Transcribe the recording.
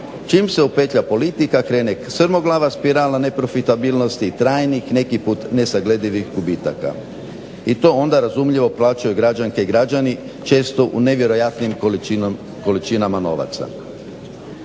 Čim se upetlja politika strmoglava spirala neprofitabilnosti i trajnih nekih put nesagledivih gubitaka. I to onda razumljivo plaćaju građanke i građani često u nevjerojatnim količinama novaca.